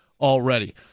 already